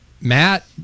Matt